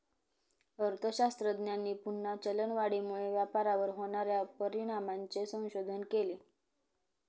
अर्थशास्त्रज्ञांनी पुन्हा चलनवाढीमुळे व्यापारावर होणार्या परिणामांचे संशोधन केले